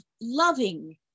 loving